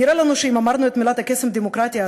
נראה לנו שאם אמרנו את מילת הקסם דמוקרטיה,